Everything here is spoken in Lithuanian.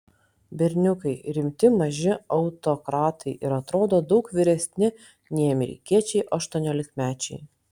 berniukai rimti maži autokratai ir atrodo daug vyresni nei amerikiečiai aštuoniolikmečiai